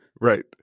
right